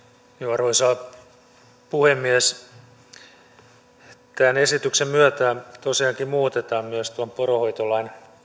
arvoisa puhemies tämän esityksen myötä tosiaankin muutetaan myös tuon poronhoitolain